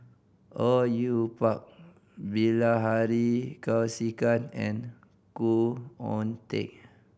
Au Yue Pak Bilahari Kausikan and Khoo Oon Teik